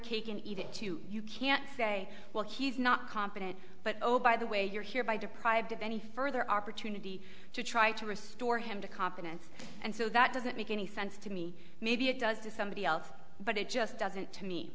cake and eat it too you can't say well he's not competent but oh by the way you're here by deprived of any further opportunity to try to restore him to competence and so that doesn't make any sense to me maybe it does to somebody else but it just doesn't to me